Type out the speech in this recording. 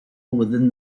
within